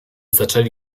zaczęli